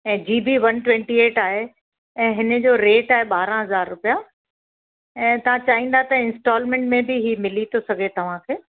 ऐं G B one twenty eight आहे ऐं हिन जो रेट आहे ॿारहं हज़ार रुपिया ऐं तव्हां चाहिंदा त इंस्टॉलमेंट में बि हीअ मिली थो सघे तव्हांखे